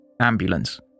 Ambulance